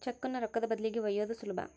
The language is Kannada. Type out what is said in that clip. ಚೆಕ್ಕುನ್ನ ರೊಕ್ಕದ ಬದಲಿಗಿ ಒಯ್ಯೋದು ಸುಲಭ